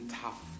tough